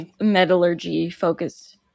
metallurgy-focused